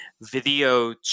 video